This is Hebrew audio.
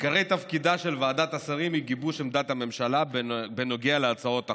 עיקר תפקידה של ועדת השרים הוא גיבוש עמדת הממשלה בנוגע להצעות החוק".